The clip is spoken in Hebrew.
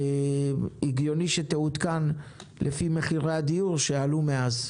הגיוני שהיא תעודכן לפי מחירי הדיור שעלו מאז.